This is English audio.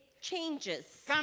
changes